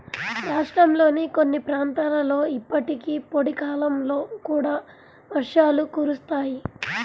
రాష్ట్రంలోని కొన్ని ప్రాంతాలలో ఇప్పటికీ పొడి కాలంలో కూడా వర్షాలు కురుస్తాయి